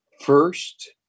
first